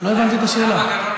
לא הבנתי את השאלה.